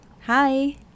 Hi